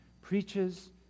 preaches